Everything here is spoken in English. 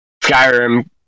skyrim